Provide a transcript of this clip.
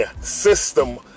system